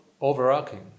overarching